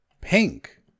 pink